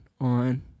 on